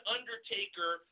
Undertaker